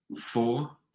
Four